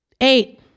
Eight